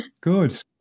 Good